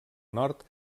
nord